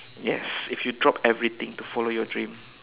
yes if you drop everything to follow your dream